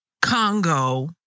Congo